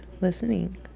listening